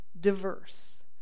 diverse